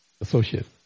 associate